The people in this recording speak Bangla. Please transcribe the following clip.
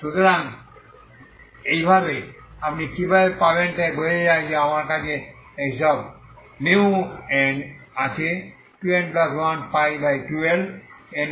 সুতরাং এইভাবে আপনি কিভাবে পাবেন তাই বোঝায় যে আমার কাছে এই সব n আছে 2n1π2L n0123